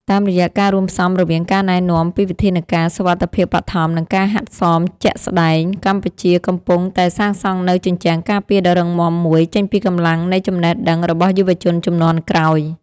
តាមរយៈការរួមផ្សំរវាងការណែនាំពីវិធានការសុវត្ថិភាពបឋម និងការហាត់សមជាក់ស្ដែង កម្ពុជាកំពុងតែសាងសង់នូវជញ្ជាំងការពារដ៏រឹងមាំមួយ ចេញពីកម្លាំងនៃចំណេះដឹងរបស់យុវជនជំនាន់ក្រោយ។